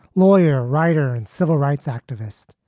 lawyer, writer and civil rights activist.